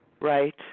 Right